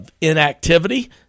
inactivity